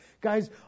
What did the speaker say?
Guys